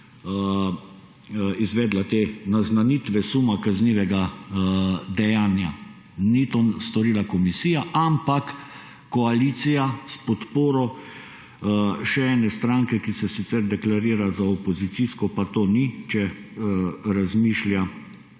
izvedla naznanitve suma kaznivega dejanja. Tega ni storila komisija, ampak koalicija s podporo še ene stranke, ki se sicer deklarira za opozicijsko, pa to ni. Če razmišlja